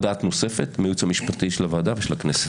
דעת נוספת מהייעוץ המשפטי של הוועדה ושל הכנסת.